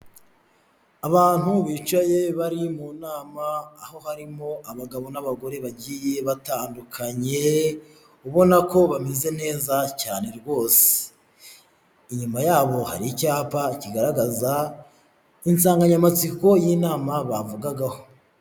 Abantu bicaye bari mu nama aho harimo abagabo n'abagore bagiye batandukanye ubona ko bameze neza cyane rwose. Inyuma yabo hari icyapa kigaragaza insanganyamatsiko y'inama bavugagaho.